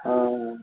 हँ